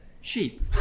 sheep